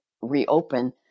reopen